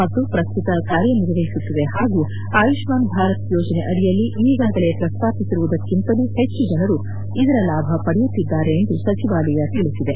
ಮತ್ತು ಶ್ರಸ್ತುತ ಕಾರ್ಯನಿರ್ವಹಿಸುತ್ತಿವೆ ಹಾಗೂ ಆಯುಷ್ಲಾನ್ ಭಾರತ್ ಯೋಜನೆ ಅಡಿಯಲ್ಲಿ ಈಗಾಗಲೇ ಪ್ರಸ್ತಾಪಿಸಿರುವುದಕ್ಕಿಂತಲೂ ಹೆಚ್ಚು ಜನರು ಇದರ ಲಾಭ ಪಡೆಯುತ್ತಿದ್ದಾರೆ ಎಂದು ಸಚಿವಾಲಯ ತಿಳಿಸಿದೆ